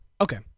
Okay